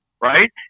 right